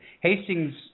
Hastings –